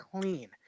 clean